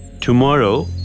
Tomorrow